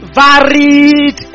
varied